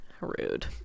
rude